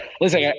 listen